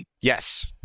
Yes